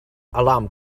alarm